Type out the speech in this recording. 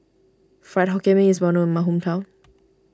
Fried Hokkien Mee is well known in my hometown